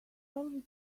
always